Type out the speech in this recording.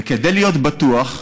וכדי להיות בטוח,